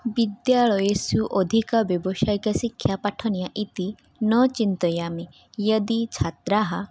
विद्यालयेषु अधिकव्यवसायिकशिक्षा पाठनीया इति न चिन्तयामि यदि छात्राः